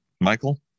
Michael